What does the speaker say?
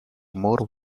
more